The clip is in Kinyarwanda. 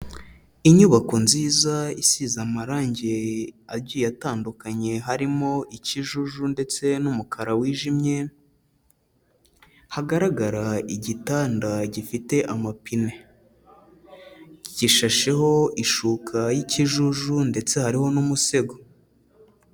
Inyubako nziza isize amarangi agiye atandukanye harimo ikijuju ndetse n'umukara wijimye, hagaragara igitanda gifite amapine, gishasheho ishuka y'ikijuju ndetse hariho n'umusego.